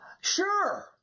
Sure